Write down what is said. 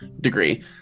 degree